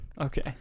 okay